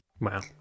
Wow